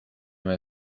mee